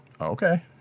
okay